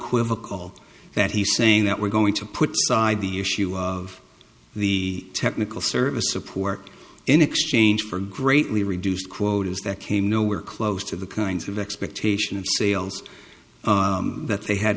quiver call that he's saying that we're going to put the issue of the technical service support in exchange for greatly reduced quotas that came nowhere close to the kinds of expectation of sales that they had